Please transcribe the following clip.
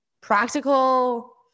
practical